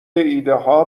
ایدهها